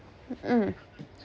mm